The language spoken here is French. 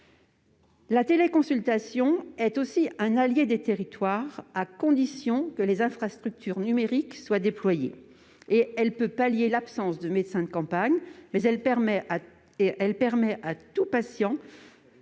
La téléconsultation est aussi un allié des territoires, à condition que les infrastructures numériques soient déployées. Elle peut pallier l'absence de médecins de campagne, et elle permet à tout patient